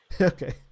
Okay